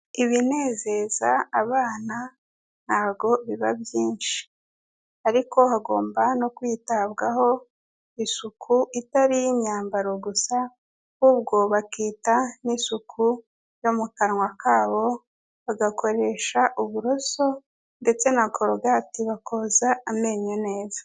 Ibinezeza abana ntago biba byinshi ariko hagomba no kwitabwaho isuku itari iy'imyambaro gusa ahubwo bakita n'isuku yo mu kanwa kabo, bagakoresha uburoso ndetse na korogati bakoza amenyo neza.